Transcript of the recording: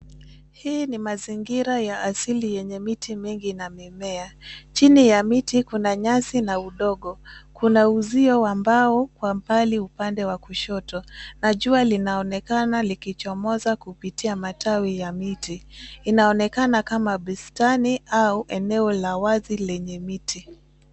Hii ni mazingira ya asili yenye miti mingi na mimea, Chini ya miti kuna nyasi na udongo. Kuna uzio wa mbao kwa mbali upande wa kushoto, na jua linaonekana likichomoza kupitia matawi ya miti. Inaonekana kama bustani au eneo la wazi lenye miti.